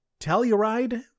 Telluride